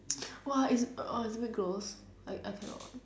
!wah! it's ugh it's a bit gross I I cannot